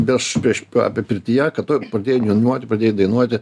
beš beš apie pirtyje kad tu pradėjai niūnuot pradėjai dainuoti